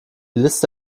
liste